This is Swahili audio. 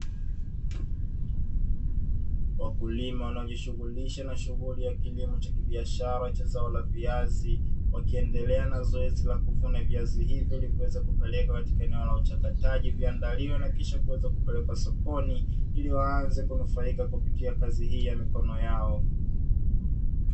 Wakulima wanaojishughulisha na shughuli ya kilimo cha kibiashara cha zao la viazi, wakiendelea na zoezi la kuvuna viazi hivyo ili vipelekwa katika eneo la uchakataji viandaliwe na kisha kuweza kupelekwa sokoni ili waanze kunufaika kupitia kazi hii ya mikono yao.